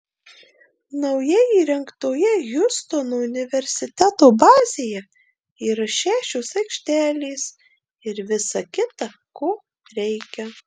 naujai įrengtoje hjustono universiteto bazėje yra šešios aikštelės ir visa kita ko reikia